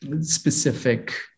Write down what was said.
specific